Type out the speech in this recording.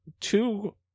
two